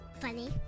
funny